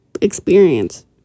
experience